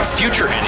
future